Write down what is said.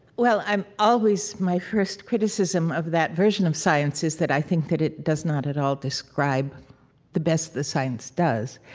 well, i'm always my first criticism of that version of science is that i think that it does not at all describe the best that science does.